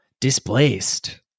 Displaced